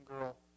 girl